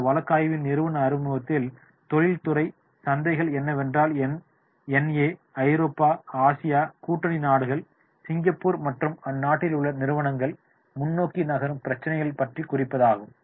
இந்த வழக்காய்வின் நிறுவன அறிமுகத்தில் தொழில்த்துறை சந்தைகள் என்னவென்றால் என்ஏ ஐரோப்பா ஆசியா கூட்டணி நாடுகள் சிங்கப்பூர் மற்றும் அந்நாட்டிலுள்ள நிறுவனங்கள் முன்னோக்கி நகரும் பிரச்சினைகள் பற்றிய குறிப்புகளாகும்